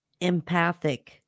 empathic